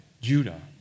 Judah